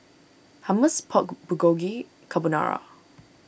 Hummus Pork Bulgogi Carbonara